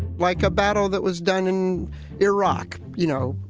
like a battle that was done in iraq, you know,